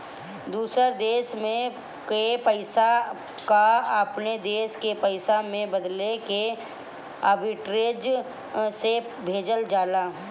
दूसर देस के पईसा कअ अपनी देस के पईसा में बदलके आर्बिट्रेज से भेजल जाला